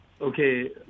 Okay